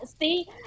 see